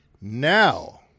Now